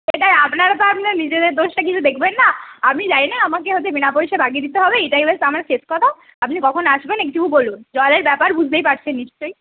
এটাই আপনারা তো আপনার নিজেদের দোষটা কিছু দেখবেন না আমি জানি না আমাকে হচ্ছে বিনা পয়সায় বাগিয়ে দিতে হবে এইটাই হল আমার শেষ কথা আপনি কখন আসবেন এটুকু বলুন জলের ব্যাপার বুঝতেই পারছেন নিশ্চয়ই